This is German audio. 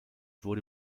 wurde